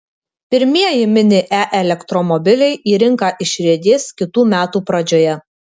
pirmieji mini e elektromobiliai į rinką išriedės kitų metų pradžioje